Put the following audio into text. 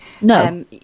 No